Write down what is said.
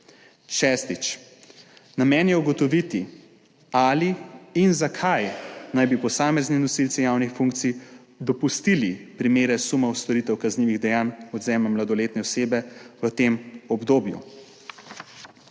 Šestič. Namen je ugotoviti, ali in zakaj naj bi posamezni nosilci javnih funkcij dopustili primere sumov storitev kaznivih dejanj odvzema mladoletne osebe v tem obdobju